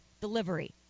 delivery